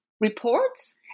reports